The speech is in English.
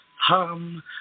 hum